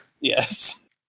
Yes